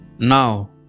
Now